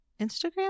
Instagram